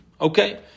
Okay